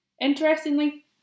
Interestingly